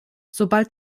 sobald